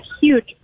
huge